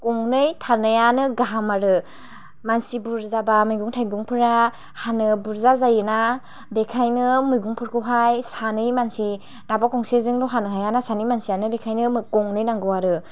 गंनै थानायानो गाहाम आरो मानसि बुरजाबा मैगं थायगंफोरा हानो बुरजा जायोना बेखायनो मैगंफोरखौहाय सानै मानसि दाबा गंसेजोंल' हानो हायाना सानै मानसियानो बेखायनो गंनै नांगौ आरो